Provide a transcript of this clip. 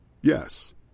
Yes